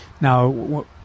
now